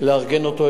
לארגן אותו,